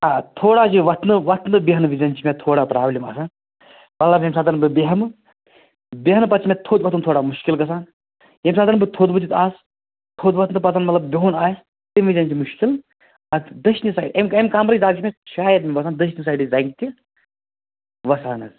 آ تھوڑا چھِ وَتھنہٕ وَتھنہٕ بیٚہنہٕ ویٖزٮ۪ن چھِ مےٚ تھوڑا پرٛابلِم آسان مطلب ییٚمۍ ساتَن بہٕ بیٚہمہٕ بیٚہنہٕ پَتہٕ چھِ مےٚ تھوٚد وَتھُن تھوڑا مُشکِل گژھان ییٚمۍ ساتَن بہٕ تھوٚد ؤتھِتھ آسہٕ تھوٚد وَتھنہٕ پَتَن مطلب بِہُن آسہِ تَمہِ ویٖزٮ۪ن تہِ مُشکِل اَتھ دٔچھنہِ سایڈٕ اَمہِ اَمہِ کَمرٕچ دَگ چھِ مےٚ شایَد مےٚ باسان دٔچھنہِ سایڈٕچ زنٛگہِ تہِ وَسان حظ